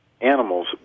animals